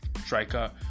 striker